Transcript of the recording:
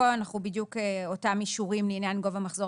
כאן אותם אישורים לעניין גובה מחזור